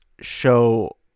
show